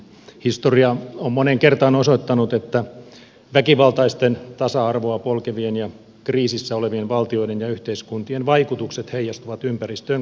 historia on moneen kertaan osoittanut että väkivaltaisten tasa arvoa polkevien ja kriisissä olevien valtioiden ja yhteiskuntien vaikutukset heijastuvat ympäristöön kauempanakin